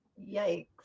Yikes